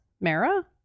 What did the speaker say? Mara